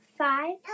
five